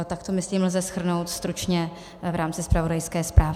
Takto, myslím, lze shrnout stručně v rámci zpravodajské zprávy.